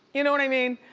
you know what i mean?